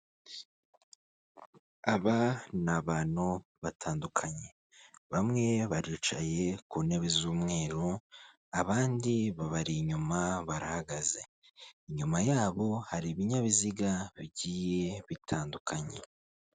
Aba ni abantu batandukanye bamwe baricaye ku ntebe z'umweru abandi babari inyuma barahagaze, inyuma yabo hari ibinyabiziga bigiye bitandukanye.